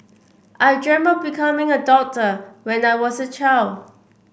I dreamt up becoming a doctor when I was a child